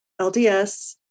LDS